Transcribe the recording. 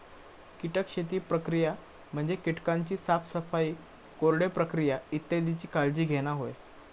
कीटक शेती प्रक्रिया म्हणजे कीटकांची साफसफाई, कोरडे प्रक्रिया इत्यादीची काळजी घेणा होय